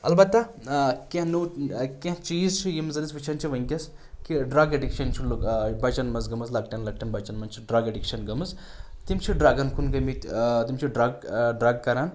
البتہ کیٛنٚہہ نوٚو کیٛنٚہہ چیٖز چھِ یِم زن أسۍ وٕچھان چھِ وٕنکیٚس کہِ ڈرٛگ ایڈکِشَن چھِ بچَن منٛز گٔمٕژ لۄکٹٮ۪ن لۄکٹٮ۪ن بچَن منٛز چھِ ڈرٛگ اٮ۪ڈکشَن گٔمٕژ تِم چھِ ڈرٛگَن کُن گٔمٕتۍ تِم چھِ ڈرٛگ کران